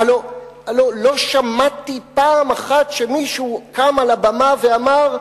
הלוא לא שמעתי פעם אחת שמישהו קם על הבמה ואמר: